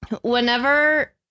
whenever